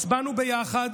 הצבענו ביחד